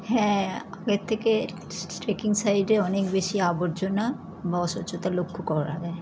হ্যাঁ আগের থেকে স্টেকিং সাইডে অনেক বেশি আবর্জনা বা অস্বচ্ছতা লক্ষ্য করা যায়